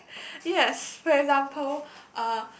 yes for example uh